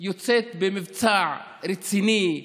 יוצאת במבצע רציני.